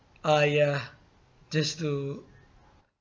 ah ya just to